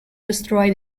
destroy